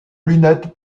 lunettes